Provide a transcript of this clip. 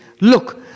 Look